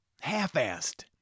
half-assed